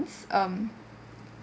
um